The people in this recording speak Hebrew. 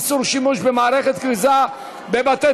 איסור שימוש במערכת כריזה בבתי-תפילה),